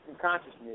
consciousness